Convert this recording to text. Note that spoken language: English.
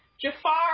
Jafar